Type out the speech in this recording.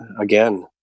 again